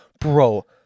Bro